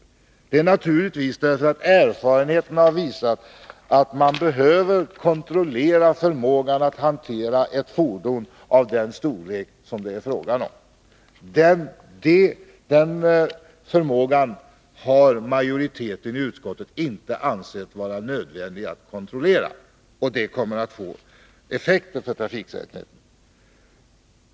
Anledningen är naturligtvis att erfarenheterna har visat att man behöver kontrollera förmågan att hantera ett fordon av den storlek som det här är fråga om. Majoriteten i utskottet har inte ansett det vara nödvändigt att kontrollera denna förmåga. Det kommer att få effekter på trafiksäkerheten.